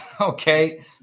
okay